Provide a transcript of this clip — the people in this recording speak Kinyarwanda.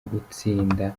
gutsinda